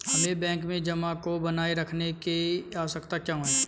हमें बैंक में जमा को बनाए रखने की आवश्यकता क्यों है?